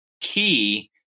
key